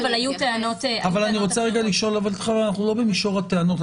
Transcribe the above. אבל היו טענות --- אנחנו לא במישור הטענות.